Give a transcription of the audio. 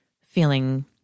feeling